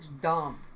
dump